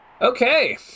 Okay